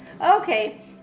okay